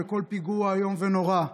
וכל פיגוע הוא איום ונורא,